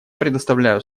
предоставляю